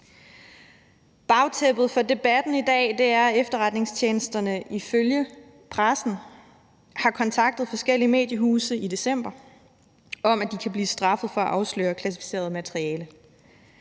Bagtæppet for debatten i dag er, at efterretningstjenesterne ifølge pressen har kontaktet forskellige mediehuse i december om, at de kan blive straffet for at afsløre klassificeret materiale.